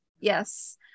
yes